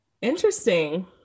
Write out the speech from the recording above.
Interesting